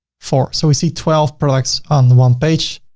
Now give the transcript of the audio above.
four. so we see twelve products on the one page.